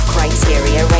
Criteria